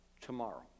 tomorrow